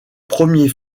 premiers